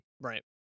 right